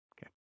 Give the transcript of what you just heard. Okay